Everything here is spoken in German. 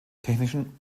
technischen